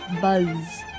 buzz